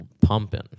pumping